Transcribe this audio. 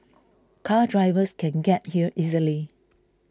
car drivers can get here easily